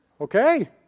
Okay